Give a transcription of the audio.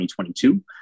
2022